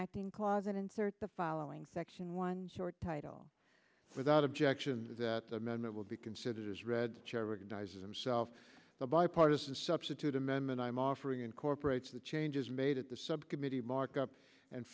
acting closet insert following section one short title without objection that the amendment will be considered as read chair recognizes himself the bipartisan substitute amendment i am offering incorporates the changes made at the subcommittee markup and